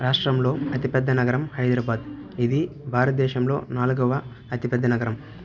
రాష్ట్రంలో అతిపెద్ద నగరం హైదరాబాద్ ఇది భారతదేశంలో నాలుగవ అతిపెద్ద నగరం